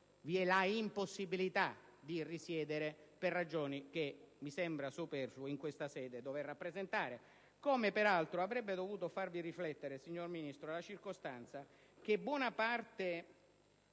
sono gravi problematiche per chi risiede, che mi sembra superfluo in questa sede dover rappresentare. Peraltro avrebbe dovuto farvi riflettere, signor Ministro, la circostanza che buona parte